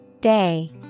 Day